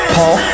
Paul